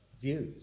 views